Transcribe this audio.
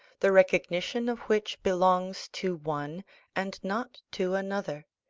the recognition of which belongs to one and not to another,